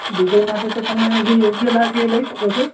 Dubai માટે તો તમે જે યોગ્ય લાગે એ લઈ શકો છો